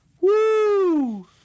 Woo